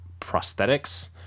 prosthetics